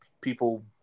people